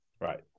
Right